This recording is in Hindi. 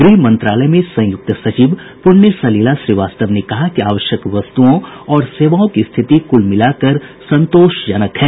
गृह मंत्रालय में संयुक्त सचिव प्रण्य सलिला श्रीवास्तव ने कहा कि आवश्यक वस्तुओं और सेवाओं की स्थिति कुल मिलाकर संतोषजनक है